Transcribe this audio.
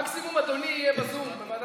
מקסימום אדוני יהיה בזום בוועדת הכספים,